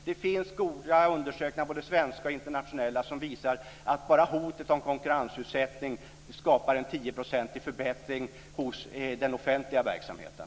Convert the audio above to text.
Det finns goda undersökningar, både svenska och internationella, som visar att bara hotet om konkurrensutsättning skapar en 10-procentig förbättring hos den offentliga verksamheten.